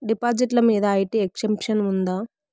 డిపాజిట్లు మీద IT exemption ఉందా?